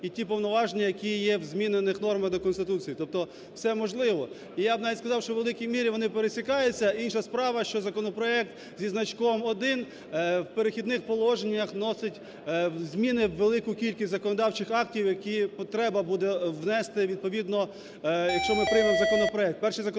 і ті повноваження, які є в змінених нормах до Конституції, тобто все можливо. Я б навіть сказав, що у великій мірі вони пересікаються. Інша справа, що законопроект зі значком 1 в "Перехідних положеннях" носить зміни у велику кількість законодавчих актів, які потреба буде внести, відповідно, якщо ми приймемо законопроект.